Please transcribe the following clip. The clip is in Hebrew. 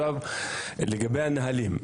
לגבי הנהלים,